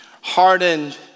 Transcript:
hardened